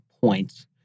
points